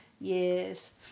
yes